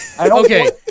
Okay